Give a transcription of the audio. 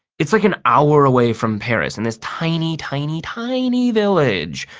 it's like an hour away from paris in this tiny, tiny, tiny village.